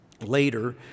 later